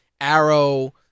Arrow